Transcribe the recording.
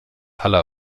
haller